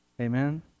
Amen